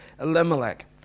Elimelech